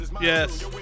Yes